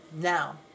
Now